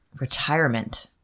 retirement